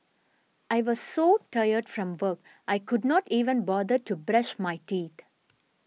I was so tired from work I could not even bother to brush my teeth